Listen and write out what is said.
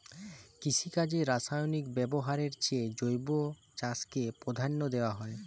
কৃষিকাজে রাসায়নিক ব্যবহারের চেয়ে জৈব চাষকে প্রাধান্য দেওয়া হয়